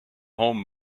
home